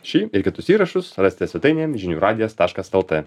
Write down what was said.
šį ir kitus įrašus rasite svetainėje žinių radijas taškas lt